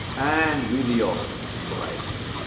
and videos right here.